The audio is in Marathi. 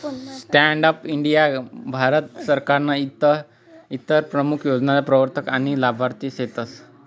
स्टॅण्डप इंडीया भारत सरकारनं इतर प्रमूख योजना प्रवरतक आनी लाभार्थी सेतस